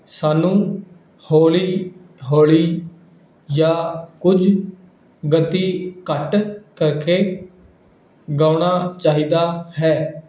ਸਾਨੂੰ ਹੌਲੀ ਹੌਲੀ ਜਾਂ ਕੁਝ ਗਤੀ ਘੱਟ ਕਰਕੇ ਗਾਉਣਾ ਚਾਹੀਦਾ ਹੈ